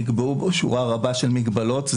נקבעו בו שורה רבה של מגבלות.